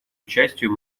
участию